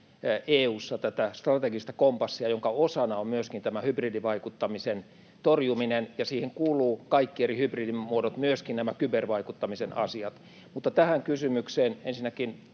strategista kompassia, jonka osana on myöskin tämä hybridivaikuttamisen torjuminen, ja siihen kuuluvat kaikki eri hybridimuodot, myöskin nämä kybervaikuttamisen asiat. Mutta tähän kysymykseen ensinnäkin